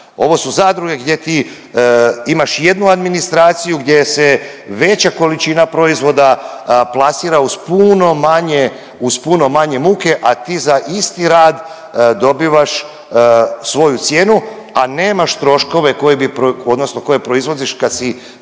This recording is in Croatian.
Ovo su zadruge gdje ti imaš jednu administraciju gdje se veća količina proizvoda plasira uz puno manje, uz puno manje muke, a ti za isti rad dobivaš svoju cijenu, a nemaš troškove koje bi pro…